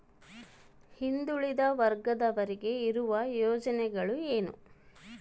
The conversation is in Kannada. ಹಿಂದುಳಿದ ವರ್ಗದವರಿಗೆ ಇರುವ ಯೋಜನೆಗಳು ಏನು?